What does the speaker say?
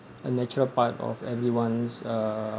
a natural part of everyone's uh